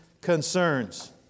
concerns